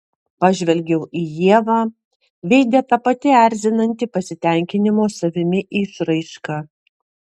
pažvelgiau į ievą veide ta pati erzinanti pasitenkinimo savimi išraiška